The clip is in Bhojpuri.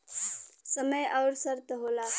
समय अउर शर्त होला